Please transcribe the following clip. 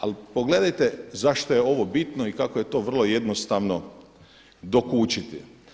Ali pogledajte zašto je ovo bitno i kako je to vrlo jednostavno dokučiti.